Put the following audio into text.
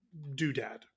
doodad